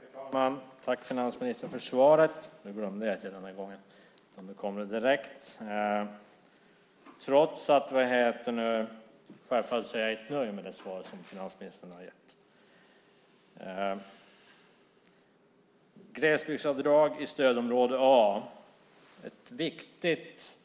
Herr talman! Jag tackar finansministern för svaret, men jag är, självfallet, inte nöjd med det svar som finansministern gett. Glesbygdsavdrag i stödområde A är ett viktigt